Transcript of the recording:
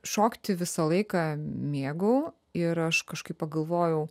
šokti visą laiką mėgau ir aš kažkaip pagalvojau